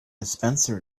dispenser